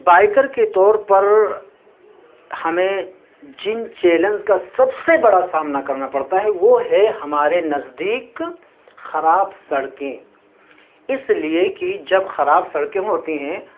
biker کے طور پر ہمیں جن چیلنج کا سب سے بڑا سامنا کرنا پڑتا ہے وہ ہے ہمارے نزدیک خراب سڑکیں اس لیے کہ جب خراب سڑکیں ہوتی ہیں